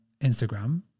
Instagram